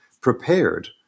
prepared